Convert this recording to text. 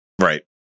Right